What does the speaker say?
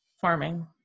farming